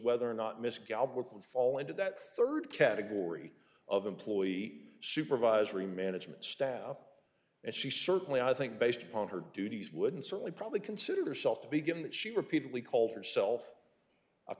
whether or not miss galbraith would fall into that third category of employee supervisory management staff and she certainly i think based upon her duties would certainly probably consider herself to be given that she repeatedly called herself a